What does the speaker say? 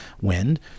wind